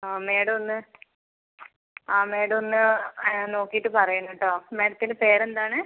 ആ മേഡമൊന്ന് ആ മേഡമൊന്ന് നോക്കീട്ട് പറയണൊട്ടോ മേഡത്തിൻ്റെ പേരെന്താണ്